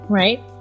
right